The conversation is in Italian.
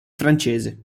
francese